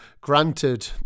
granted